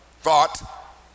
thought